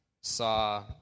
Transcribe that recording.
saw